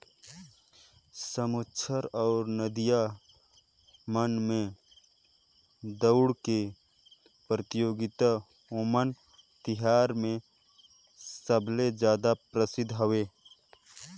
समुद्दर अउ नदिया मन में दउड़ के परतियोगिता ओनम तिहार मे सबले जादा परसिद्ध हवे